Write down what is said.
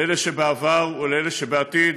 לאלה שבעבר ולאלה שבעתיד,